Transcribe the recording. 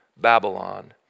Babylon